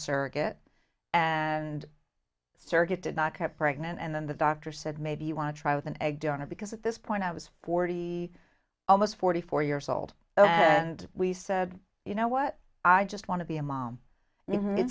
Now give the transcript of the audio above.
surrogate and surrogate did not get pregnant and then the doctor said maybe you want to try with an egg donor because at this point i was forty almost forty four years old and we said you know what i just want to be a mom